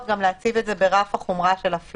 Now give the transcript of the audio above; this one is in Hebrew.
ומכאן הצורך גם להציב את זה ברף החומרה של הפללה.